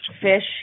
fish